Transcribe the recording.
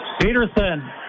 Peterson